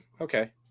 Okay